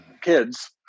kids